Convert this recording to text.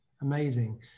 Amazing